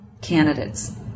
candidates